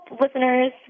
listeners